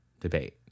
debate